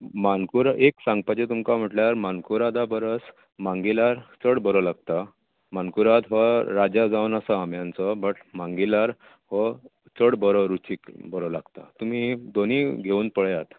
मानकुरा एक सांगपाचें तुमकां म्हटल्यार मानकुरादा परस मांगिलार चड बरो लागता मानकुराद हो राजा जावन आसा आंब्याचो बट मांगिलार हो चड बरो रुचीक बरो लागता तुमी दोनीय घेवन पळयात